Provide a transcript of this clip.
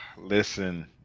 listen